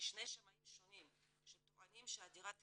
משני שמאים שונים שטוענים שהדירה תקינה,